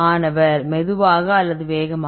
மாணவர் மெதுவாக அல்லது வேகமாக